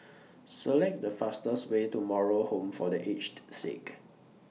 Select The fastest Way to Moral Home For The Aged Sick